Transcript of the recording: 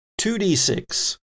2D6